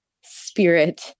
spirit